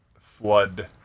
Flood